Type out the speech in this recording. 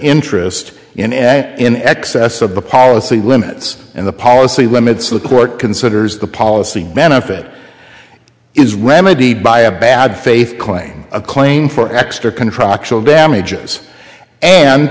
interest in in excess of the policy limits and the policy limits the court considers the policy benefit is remedied by a bad faith claim a claim for extra contractual damages and